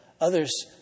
Others